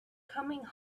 coming